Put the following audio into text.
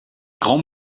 grands